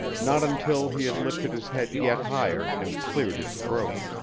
not until he had lifted his head yet higher and cleared his throat.